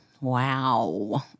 wow